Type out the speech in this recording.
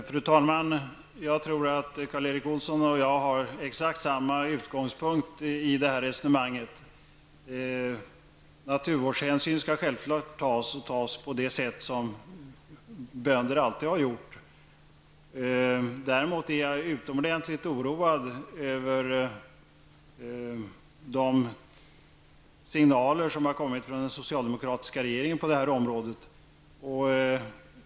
Fru talman! Jag tror att Karl Erik Olsson och jag har exakt samma utgångspunkt i det här resonemanget. Naturvårdshänsyn skall självfallet tas, och det skall tas på det sätt som bönder alltid har gjort. Däremot är jag utomordentligt oroad över de signaler som har kommit från den socialdemokratiska regeringen på detta område.